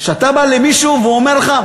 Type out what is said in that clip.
שאתה בא למישהו והוא אומר לך: